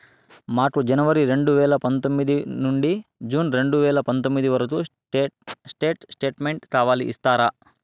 మాకు జనవరి రెండు వేల పందొమ్మిది నుండి జూన్ రెండు వేల పందొమ్మిది వరకు స్టేట్ స్టేట్మెంట్ కావాలి ఇస్తారా